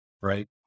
right